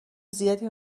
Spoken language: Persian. زیادی